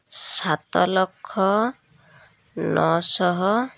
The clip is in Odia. ସାତ ଲକ୍ଷ ନଅଶହ